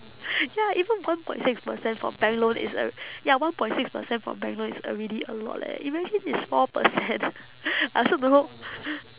ya even one point six percent for bank loan is al~ ya one point six percent for bank loan is already a lot leh imagine is four percent I also don't know